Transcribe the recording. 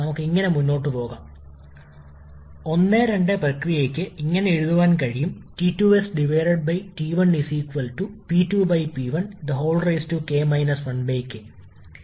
ഇപ്പോൾ നമ്മൾ ഒരു പോളിട്രോപിക് പ്രക്രിയയെ പിന്തുടരുകയാണെങ്കിൽ ഒരൊറ്റ സ്റ്റേജ് കംപ്രഷൻ നമ്മൾ പോയിന്റ് 1 മുതൽ ആരംഭിക്കുകയും പോയിന്റ് സിയിൽ പൂർത്തിയാക്കുകയും ചെയ്യുന്നു